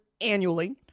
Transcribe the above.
annually